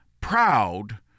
proud